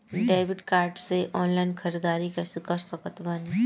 Debit card से online ख़रीदारी कैसे कर सकत बानी?